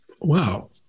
Wow